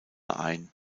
ein